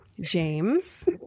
James